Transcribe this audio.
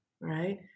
right